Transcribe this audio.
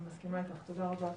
מסכימה איתך, תודה רבה.